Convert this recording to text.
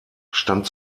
stand